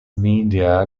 media